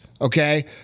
Okay